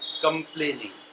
complaining